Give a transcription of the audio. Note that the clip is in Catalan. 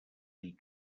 dir